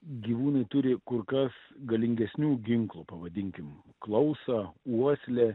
gyvūnai turi kur kas galingesnių ginklų pavadinkime klausą uoslę